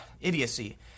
idiocy